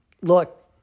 Look